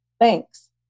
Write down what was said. Thanks